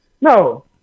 No